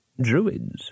Druids